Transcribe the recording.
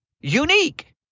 unique